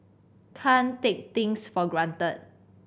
can't take things for granted